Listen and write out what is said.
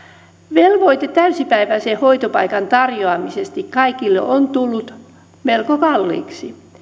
velvoite täysipäiväisen hoitopaikan tarjoamisesta kaikille on tullut melko kalliiksi